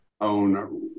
own